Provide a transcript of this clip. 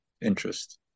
interest